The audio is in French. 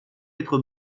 être